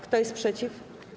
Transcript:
Kto jest przeciw?